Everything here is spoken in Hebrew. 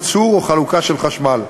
ייצור או חלוקה של חשמל.